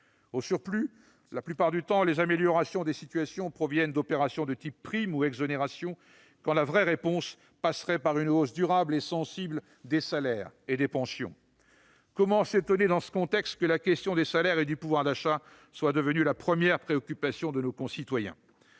Au surplus, la plupart du temps, les améliorations proviennent d'opérations reposant sur des primes ou des exonérations quand la vraie réponse passerait par une hausse durable et sensible des salaires et des pensions. Comment s'étonner, dans ce contexte, que la question des salaires et du pouvoir d'achat soit devenue la première préoccupation de nos concitoyens ?